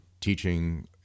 teaching